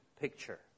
picture